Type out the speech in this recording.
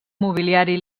mobiliari